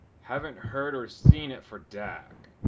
haven't heard or seen it for dak.